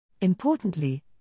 Importantly